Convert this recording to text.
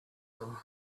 them